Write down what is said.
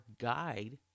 guide